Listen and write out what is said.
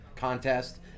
contest